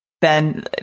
Ben